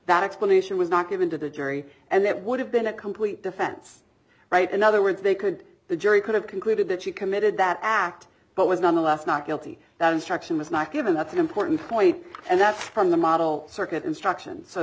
that explanation was not given to the jury and that would have been a complete defense right in other words they could the jury could have concluded that she committed that act but was nonetheless not guilty that instruction was not given that's an important point and that's from the model circuit instruction so